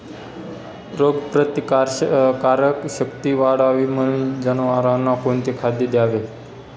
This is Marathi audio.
रोगप्रतिकारक शक्ती वाढावी म्हणून जनावरांना कोणते खाद्य द्यावे?